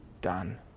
done